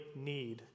need